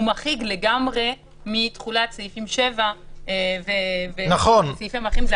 הוא מחריג לגמרי מתחולת סעיפים 7 וסעיפים אחרים.